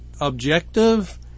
objective